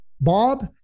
Bob